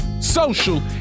social